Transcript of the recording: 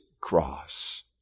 cross